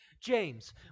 James